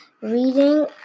reading